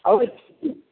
अबै छी कि